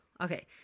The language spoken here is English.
okay